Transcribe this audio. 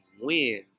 Win